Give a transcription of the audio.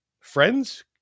friends